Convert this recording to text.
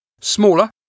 Smaller